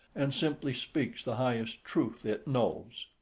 and simply speaks the highest truth it knows.